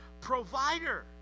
provider